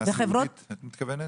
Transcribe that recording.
מבחינה סיעודית את מתכוונת?